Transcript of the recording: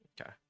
Okay